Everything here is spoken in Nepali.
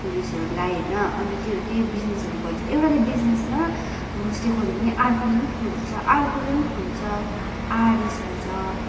टुरिस्टहरूलाई होइन अन्त त्यो त्यही बिजनेसहरू गर्छ एउटाले बिजनेसमा होमस्टे खोल्यो भने अर्कोले पनि खोल्छ अर्कोले पनि खोल्छ आरिस हुन्छ